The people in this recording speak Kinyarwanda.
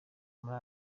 muri